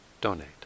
donate